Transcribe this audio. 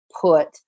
put